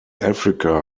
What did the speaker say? africa